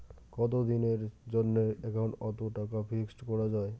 কতদিনের জন্যে একাউন্ট ওত টাকা ফিক্সড করা যায়?